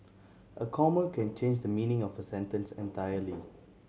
a comma can change the meaning of a sentence entirely